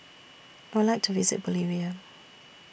I Would like to visit Bolivia